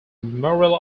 memorial